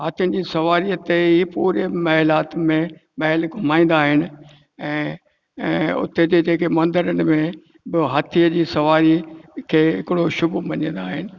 हाथियुनि जी सवारीअ ते ई पूरे महिलात में महल घुमाईंदा आहिनि ऐं ऐं उते जे जेके मंदरनि में ॿियो हाथीअ जी सवारीअ खे हिकिड़ो शुभ मञंदा आहिनि